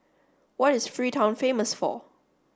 what is Freetown famous for